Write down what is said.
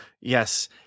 Yes